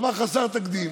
דבר חסר תקדים.